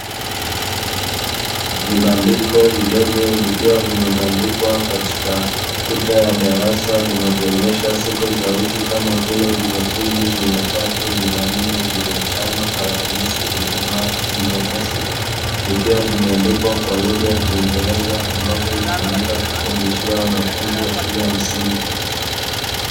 Vibandiko vidogo vikiwa vimebandikwa katika kuta ya darasa vinavyoonyesha siku za wiki kama vile; jumapili, jumatatu, jumanne, jumatano, alhamisi, ijumaa na jumamosi vikiwa vimeandikwa kwa lugha ya kiingereza ambavyo hutumika kufundishia wanafunzi wa shule ya msingi.